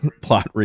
plot